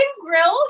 grill